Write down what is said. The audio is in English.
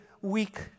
weak